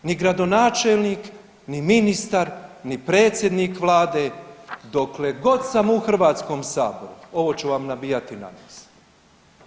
Ni gradonačelnik, ni ministar, ni predsjednik vlade dokle god sam u Hrvatskom saboru ovo ću vam nabijati na nos.